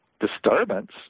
disturbance